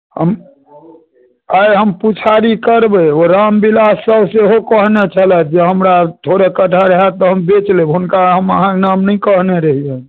हम आय हम पूछारी करबै ओ रामबिलास साहू सेहो कहने छलथि जे हमरा थोड़े कटहर होयत तऽ हम बेच लेब हुनका हम अहाँकेँ नाम नहि कहने रहिअनि